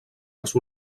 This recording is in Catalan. els